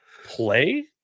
play